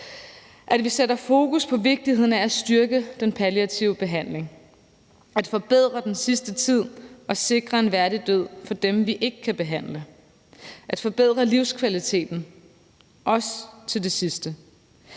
at vi sætter fokus på vigtigheden af at styrke den palliative behandling, at forbedre den sidste tid og sikre en værdig død for dem, vi ikke kan behandle, at forbedre livskvaliteten, også til det sidste,